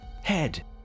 head